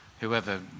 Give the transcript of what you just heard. whoever